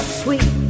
sweet